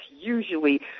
usually